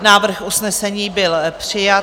Návrh usnesení byl přijat.